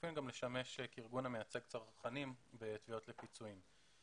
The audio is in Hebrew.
ולחילופין גם לשמש כארגון המייצג צרכנים בתביעות לפיצויים.